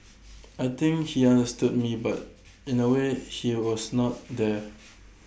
I think he understood me but in A way he was not there